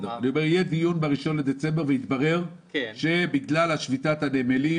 נניח שיהיה דיון ב-1 בדצמבר ויתברר שבגלל שביתת הנמלים